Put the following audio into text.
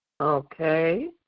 Okay